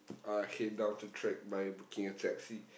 uh came down to track by booking a taxi